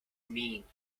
mean